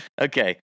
Okay